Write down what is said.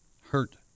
hurt